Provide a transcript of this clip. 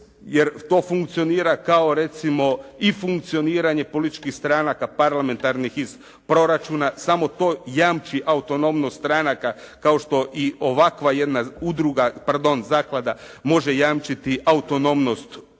jer to funkcionira kao recimo i funkcioniranje političkih stranaka, parlamentarnih iz proračuna. Samo to jamči autonomnost stranaka kao što i ovakva jedna zaklada može jamčiti autonomnost udrugama,